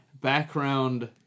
background